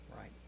Right